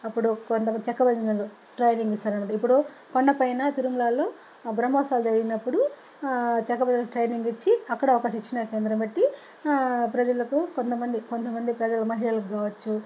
అప్పుడు కొందరు చెక్క భజనలు ట్రైనింగ్ ఇస్తారు అన్నమాట ఇప్పుడు కొండ పైన తిరుమలాలో బ్రహ్మోత్సవాలు జరిగినప్పుడు చెక్క భజనకు ట్రైనింగ్ ఇచ్చి అక్కడ ఒక శిక్షణ కేంద్రం పెట్టి ప్రజలకు కొంతమంది కొంతమంది ప్రజలు మహిళలకు కావచ్చు